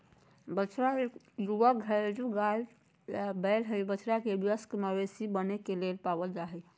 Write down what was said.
बछड़ा इक युवा घरेलू गाय या बैल हई, बछड़ा के वयस्क मवेशी बने के लेल पालल जा हई